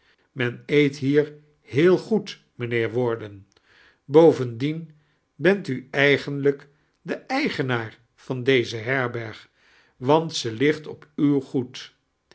men eet hier heel goed mijnheeir warden bovendien beat u eigenlijik de edgenaar van deze herberg want ze ligt op uw goed